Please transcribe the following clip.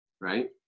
right